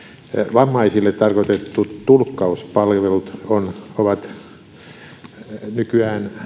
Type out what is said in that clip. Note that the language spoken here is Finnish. vammaisille tarkoitetut tulkkauspalvelut on nykyään